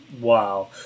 Wow